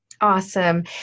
Awesome